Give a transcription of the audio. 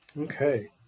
okay